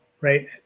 right